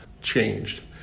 changed